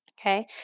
Okay